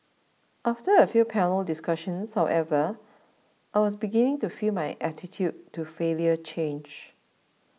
after a few panel discussions however I was beginning to feel my attitude to failure change